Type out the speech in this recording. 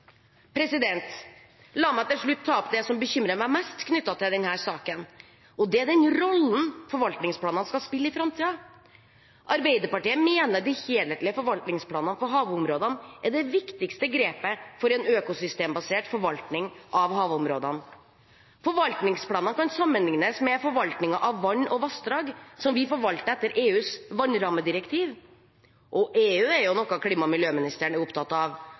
La meg til slutt ta opp det som bekymrer meg mest i denne saken, og det er den rollen forvaltningsplanene skal spille i framtiden. Arbeiderpartiet mener de helhetlige forvaltningsplanene for havområdene er det viktigste grepet for en økosystembasert forvaltning av havområdene. Forvaltningsplanene kan sammenliknes med forvaltningen av vann og vassdrag, som vi forvalter etter EUs vannrammedirektiv. Og EU er jo noe klima- og miljøministeren er opptatt av